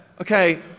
Okay